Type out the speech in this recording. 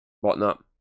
whatnot